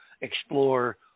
explore